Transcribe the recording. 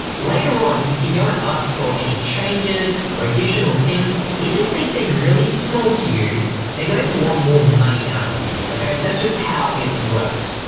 later on if you go and ask for any changes or additional things, even if they seem really small to you they're going to want more money out of you. okay, that's just how it works.